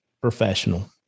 professional